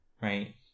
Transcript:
right